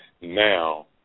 now